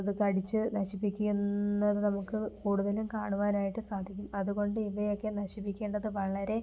അത് കടിച്ചു നശിപ്പിക്കുന്നത് നമുക്ക് കൂടുതലും കാണുവാനായിട്ട് സാധിക്കും അതുകൊണ്ട് ഇവയൊക്കെ നശിപ്പിക്കേണ്ടത് വളരെ